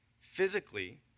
Physically